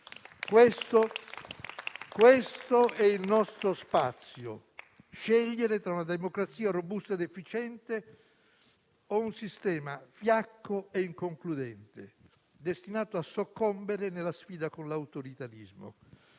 Questo è il nostro spazio: scegliere tra una democrazia robusta ed efficiente e un sistema fiacco e inconcludente, destinato a soccombere nella sfida con l'autoritarismo.